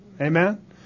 Amen